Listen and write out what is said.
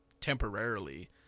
temporarily